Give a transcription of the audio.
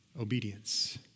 obedience